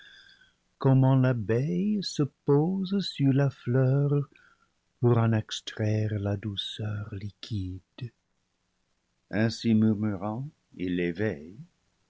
comment l'abeille se pose sur la fleur pour en extraire la douceur liquide ainsi murmurant il l'éveille